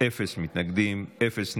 אפס מתנגדים, אפס נמנעים.